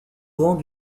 grands